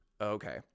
okay